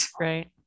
right